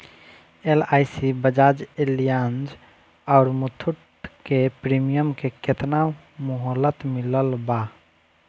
LIC Bajaj Allianz आउर मुथूट के premium के केतना मुहलत मिलल बा?